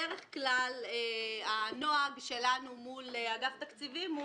בדרך כלל הנוהג שלנו מול אגף תקציבים הוא